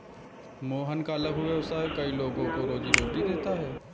मोहन का लघु व्यवसाय कई लोगों को रोजीरोटी देता है